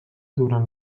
durant